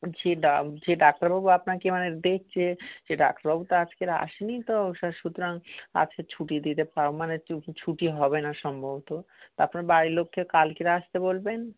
যে ডা যে ডাক্তারবাবু আপনাকে মানে দেখছে সে ডাক্তারবাবু তো আজকের আসেনি তো সুতরাং আজকে ছুটি দিতে পার মানে ছুটি হবে না সম্ভবত আপনার বাড়ির লোককে কালকের আসতে বলবেন